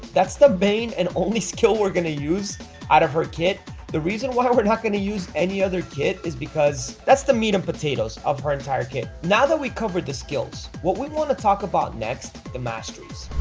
that's the main and only skill we're going to use out of her kit the reason why we're we're not going to use any other kit is because that's the meat and potatoes of her entire kit now that we covered the skills what we want to talk about next the masteries